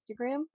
Instagram